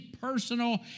personal